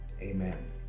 amen